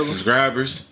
Subscribers